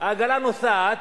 העגלה נוסעת,